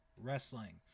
Wrestling